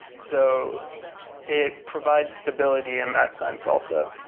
so it provides stability in that sense also.